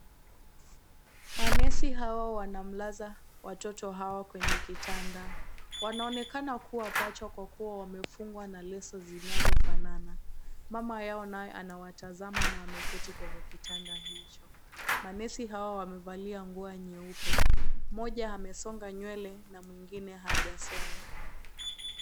Manesi hawa wanamlaza watoto Hawa kwenye kitanda, wanaonekana kuwa mapacha kwa kuwa wamefungwa na leso zinazofanana mama yao naye anawatazama na ameketi kwenye kitanda hicho, manesi hawa wamevalia nguo nyeupe mmoja amesonga nywele na mwingine hajasonga.